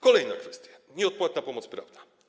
Kolejna kwestia, nieodpłatna pomoc prawna.